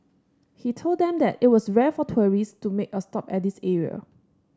he told them that it was rare for tourists to make a stop at this area